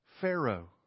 Pharaoh